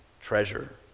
treasure